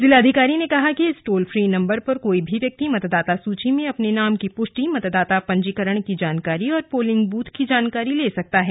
जिलाधिकारी ने कहा कि इस टोल फ्री नंबर पर कोई भी व्यक्ति मतदाता सूची में अपने नाम की पुष्टि मतदाता पंजीकरण की जानकारी तथा पोलिंग बूथ की जानकारी ले सकता है